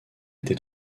été